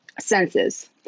senses